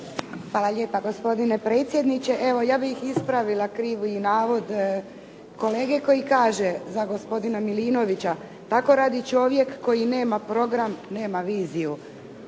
Hvala lijepa gospodine predsjedniče. Evo ja bih ispravila krivi navod kolege koji kaže za gospodina Milinovića: "tako radi čovjek koji nema program, nema viziju."